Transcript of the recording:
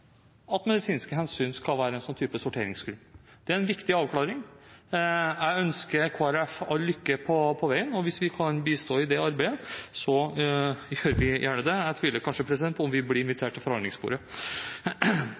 at medisinske hensyn skal være en sånn type sorteringsgrunn. Det er en viktig avklaring. Jeg ønsker Kristelig Folkeparti all lykke på veien, og hvis vi kan bistå i det arbeidet, gjør vi gjerne det. Jeg tviler kanskje på at vi blir